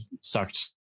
sucked